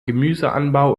gemüseanbau